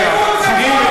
וקורא לשוטרים,